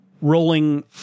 rolling